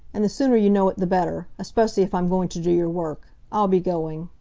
and the sooner you know it the better, especially if i'm going to do your work. i'll be going.